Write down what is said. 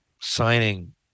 signing